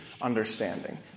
understanding